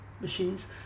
machines